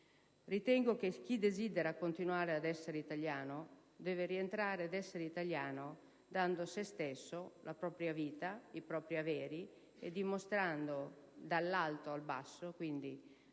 Ritengo che chi desidera continuare ad essere italiano debba rientrare ad essere italiano dando se stesso, la propria vita, i propri averi, dimostrando, dall'alto al basso, quindi